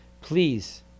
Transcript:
please